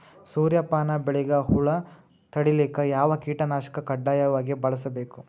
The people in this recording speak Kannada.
ಸೂರ್ಯಪಾನ ಬೆಳಿಗ ಹುಳ ತಡಿಲಿಕ ಯಾವ ಕೀಟನಾಶಕ ಕಡ್ಡಾಯವಾಗಿ ಬಳಸಬೇಕು?